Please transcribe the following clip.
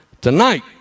tonight